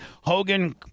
Hogan